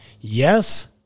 yes